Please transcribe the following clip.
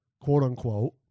quote-unquote